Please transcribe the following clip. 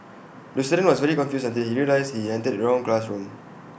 the student was very confused until he realised he entered the wrong classroom